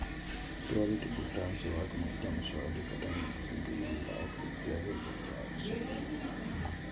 त्वरित भुगतान सेवाक माध्यम सं अधिकतम दू लाख रुपैया भेजल जा सकैए